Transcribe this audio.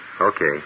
Okay